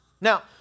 Now